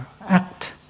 act